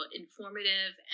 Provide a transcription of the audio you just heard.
informative